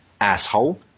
Asshole